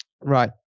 Right